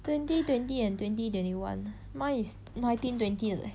twenty twenty and twenty twenty one mine is nineteen twenty 的 leh